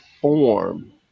form